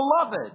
beloved